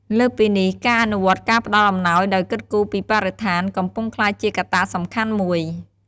លើសពីនេះ ការអនុវត្តការផ្តល់អំណោយដោយគិតគូរពី បរិស្ថាន កំពុងក្លាយជាកត្តាសំខាន់មួយ។